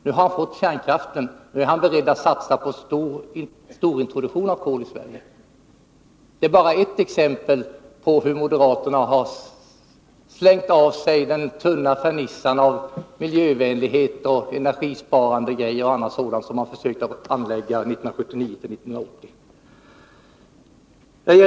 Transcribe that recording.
Nu har han fått kärnkraften, och nu är han beredd att göra en storsatsning på introduktion av kol i Sverige. Det är bara ett exempel på hur moderaternas miljövänlighet och positiva inställning till energisparande och annat, som de försökte ge sken av 1979-1980, endast var en tunn fernissa.